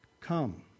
come